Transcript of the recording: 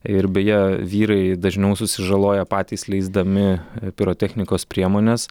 ir beje vyrai dažniau susižaloja patys leisdami pirotechnikos priemones